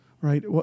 right